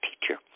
teacher